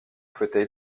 souhaitait